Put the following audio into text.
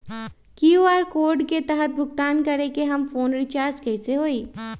QR code के तहद भुगतान करके हम फोन रिचार्ज कैसे होई?